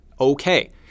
okay